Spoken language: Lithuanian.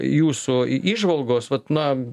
jūsų įžvalgos vat na